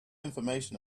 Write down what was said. information